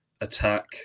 attack